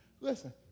Listen